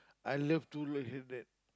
I love to look at that